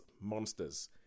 monsters